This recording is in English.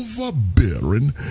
overbearing